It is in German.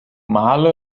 malé